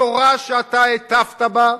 התורה שאתה הטפת לה,